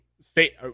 say